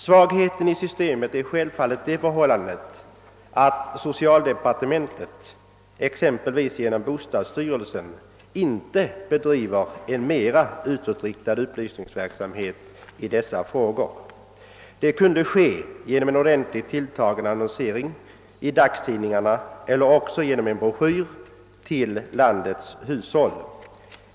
Svagheten i systemet är självfallet det förhållandet att socialdepartementet inte, exempelvis genom bostadsstyrelsen, bedriver en mera utåtriktad upplysningsverksamhet i dessa frågor. Detta kunde göras genom en väl tilltagen annonsering i dagstidningarna eller också genom en broschyr till landets hushåll.